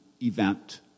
event